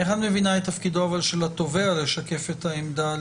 איך את מבינה את תפקידו של התובע לשקף את העמדה?